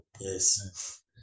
yes